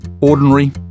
ordinary